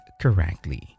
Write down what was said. correctly